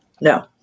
No